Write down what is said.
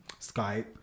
Skype